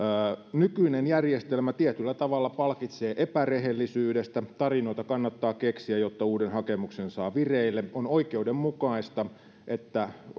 nykyinen järjestelmä tietyllä tavalla palkitsee epärehellisyydestä tarinoita kannattaa keksiä jotta uuden hakemuksen saa vireille on oikeudenmukaista että